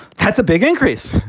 that's a big increase.